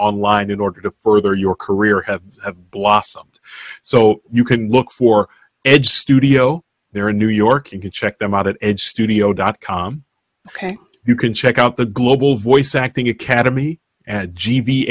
online in order to further your career have a blossom so you can look for edge studio there in new york you can check them out and studio dot com ok you can check out the global voice acting academy